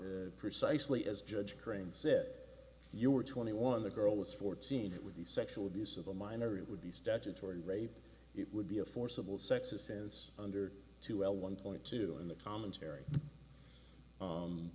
not precisely as judge crane said you were twenty one the girl was fourteen it would be sexual abuse of a minor it would be statutory rape it would be a forcible sex offense under two l one point two in the commentary